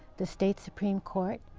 the state supreme court,